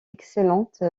excellente